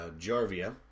Jarvia